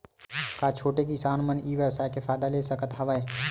का छोटे किसान मन ई व्यवसाय के फ़ायदा ले सकत हवय?